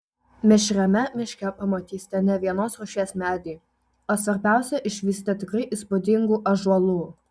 mišriame miške pamatysite ne vienos rūšies medį o svarbiausia išvysite tikrai įspūdingų ąžuolų